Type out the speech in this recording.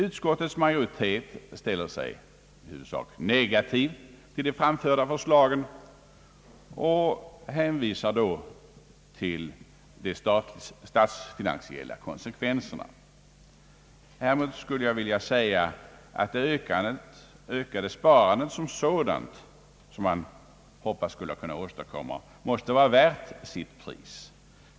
Utskottets majoritet ställer sig i huvudsak negativ till de framförda förslagen och hänvisar då till de statsfinansiella konsekvenserna. Häremot skulle jag vilja säga att det ökade sparande, som man hoppas skall kunna åstadkommas, måste vara värt sitt pris.